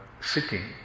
sitting